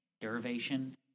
derivation